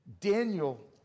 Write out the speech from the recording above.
Daniel